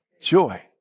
joy